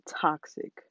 toxic